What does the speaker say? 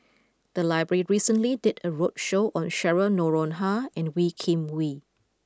the library recently did a roadshow on Cheryl Noronha and Wee Kim Wee